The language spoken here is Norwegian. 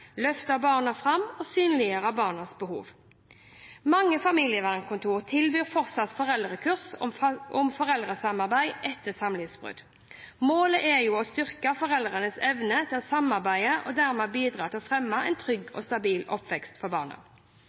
løfte barna fram og synliggjøre barnas behov. Mange familievernkontor tilbyr «Fortsatt foreldre»-kurs om foreldresamarbeid etter samlivsbrudd. Målet er å styrke foreldrenes evne til å samarbeide og dermed bidra til å fremme en trygg og stabil oppvekst for barna.